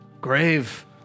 Grave